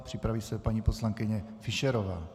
Připraví se paní poslankyně Fischerová.